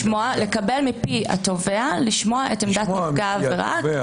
לקבל מפי התובע לשמוע את עמדת נפגע העבירה.